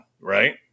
right